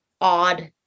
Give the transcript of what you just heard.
odd